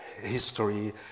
history